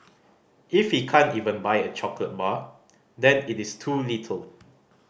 if he can't even buy a chocolate bar then it is too little